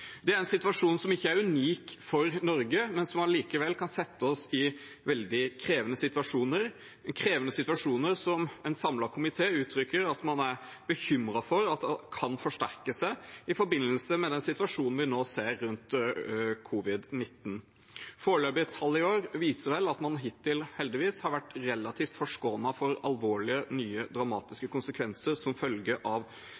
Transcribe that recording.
Det er en situasjon som ikke er unik for Norge, men som likevel kan sette oss i veldig krevende situasjoner, krevende situasjoner som en samlet komité uttrykker at man er bekymret for at kan forsterke seg i forbindelse med den situasjonen vi nå ser rundt covid-19. Foreløpige tall i år viser at man hittil – heldigvis – har vært relativt forskånet for alvorlige nye dramatiske konsekvenser som følge av